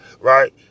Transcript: right